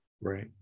right